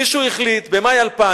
מישהו החליט במאי 2000